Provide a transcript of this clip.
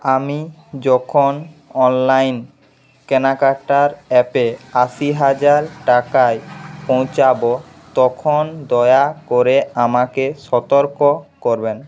আমি যখন অনলাইন কেনাকাটার অ্যাপে আশি হাজার টাকায় পৌঁছাবো তখন দয়া করে আমাকে সতর্ক করবেন